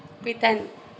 pretend